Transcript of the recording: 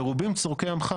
מרובים צורכי עצמך.